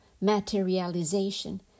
materialization